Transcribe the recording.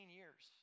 years